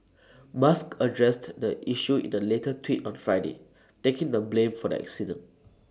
musk addressed the issue in A later tweet on Friday taking the blame for the accident